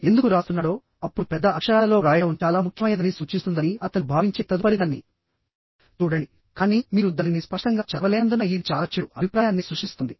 ఎందుకు రాస్తున్నాడో అప్పుడు పెద్ద అక్షరాలలో వ్రాయడం చాలా ముఖ్యమైనదని సూచిస్తుందని అతను భావించే తదుపరిదాన్ని చూడండి కానీ మీరు దానిని స్పష్టంగా చదవలేనందున ఇది చాలా చెడు అభిప్రాయాన్ని సృష్టిస్తోంది